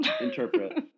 interpret